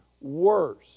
worse